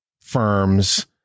firms